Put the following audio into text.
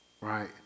right